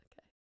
Okay